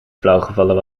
flauwgevallen